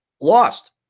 lost